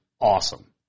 awesome